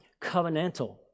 covenantal